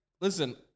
listen